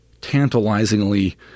tantalizingly